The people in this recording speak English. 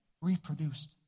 reproduced